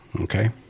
Okay